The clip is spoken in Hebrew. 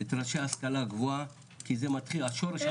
את ראשי ההשכלה הגבוהה כי זה השורש.